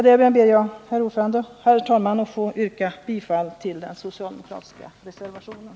Därmed ber jag, herr talman, att få yrka bifall till den socialdemokratiska reservationen.